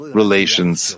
relations